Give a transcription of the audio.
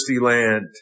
land